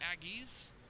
Aggies